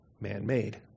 man-made